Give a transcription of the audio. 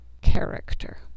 character